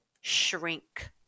shrink